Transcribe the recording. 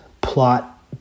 Plot